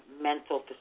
mental